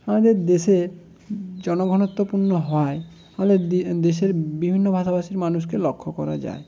আমাদের দেশে জনঘনত্বপূর্ণ হওয়ায় ফলে দেশের বিভিন্ন ভাষাভাষীর মানুষকে লক্ষ্য করা যায়